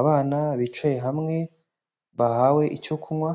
Abana bicaye hamwe bahawe icyo kunywa,